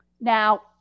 Now